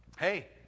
hey